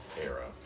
era